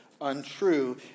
untrue